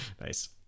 Nice